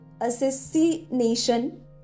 assassination